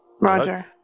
Roger